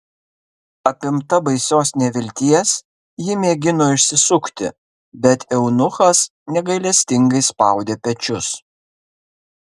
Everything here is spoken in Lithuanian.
apimta baisios nevilties ji mėgino išsisukti bet eunuchas negailestingai spaudė pečius